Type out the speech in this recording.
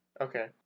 Okay